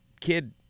kid